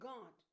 God